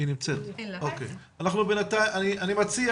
אני מציע